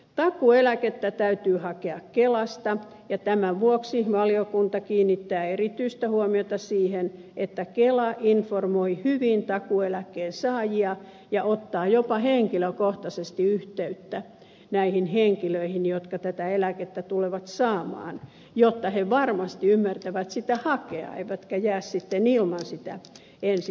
takuueläkettä täytyy hakea kelasta ja tämän vuoksi valiokunta kiinnittää erityistä huomiota siihen että kela informoi hyvin takuueläkkeen saajia ja ottaa jopa henkilökohtaisesti yhteyttä näihin henkilöihin jotka tätä eläkettä tulevat saamaan jotta he varmasti ymmärtävät sitä hakea eivätkä jää sitten ilman sitä ensi maaliskuun alussa